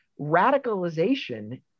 radicalization